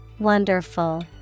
Wonderful